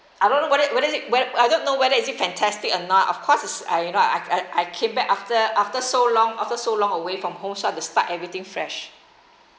I don't know what it what is it whet~ I don't know whether is it fantastic or not of course it's I you know I I came back after after so long after so long away from home so have to start everything fresh